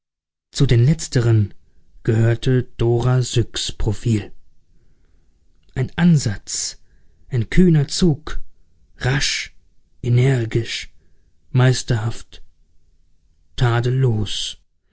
zu den letzteren gehörte dora syks profil ein ansatz ein kühner zug rasch energisch meisterhaft tadellos